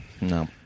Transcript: no